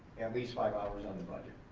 least five hours on the budget,